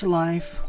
life